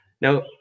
Now